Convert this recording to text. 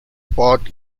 bought